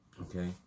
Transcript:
Okay